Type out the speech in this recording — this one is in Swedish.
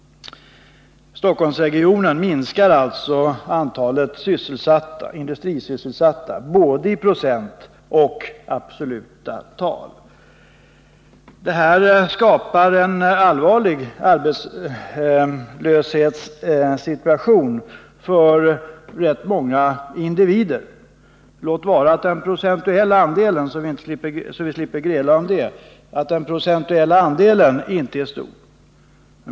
Stockholmsregionen minskar alltså antalet industrisysselsatta både i procent och i absoluta tal. Detta skapar en allvarlig arbetslöshetssituation för rätt många individer, låt vara att den procentuella andelen —så vi slipper gräla om det — inte är stor.